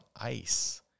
ice